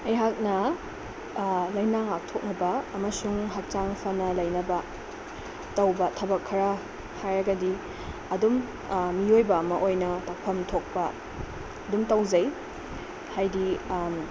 ꯑꯩꯍꯥꯛꯅ ꯂꯩꯅꯥ ꯉꯥꯛꯊꯣꯛꯅꯕ ꯑꯃꯁꯨꯡ ꯍꯛꯆꯥꯡ ꯐꯅ ꯂꯩꯅꯕ ꯇꯧꯕ ꯊꯕꯛ ꯈꯔ ꯍꯥꯏꯔꯒꯗꯤ ꯑꯗꯨꯝ ꯃꯤꯑꯣꯏꯕ ꯑꯃ ꯑꯣꯏꯅ ꯇꯧꯐꯝ ꯊꯣꯛꯄ ꯑꯗꯨꯝ ꯇꯧꯖꯩ ꯍꯥꯏꯗꯤ